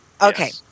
Okay